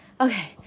Okay